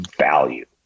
value